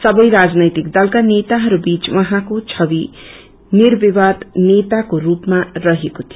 सबै राजनैतिक दलका नेताहरू बीच उछँको छवि निर्विवाद नेता को रूपमा रहेको थियो